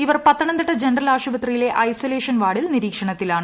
ഇവർ പത്തനംതിട്ട ജനറൽ ആശുപത്രിയിലെ ഐസൊലേഷൻ വാർഡിൽ നിരീക്ഷണത്തിലാണ്